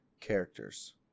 characters